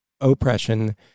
oppression